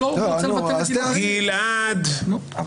אני רואה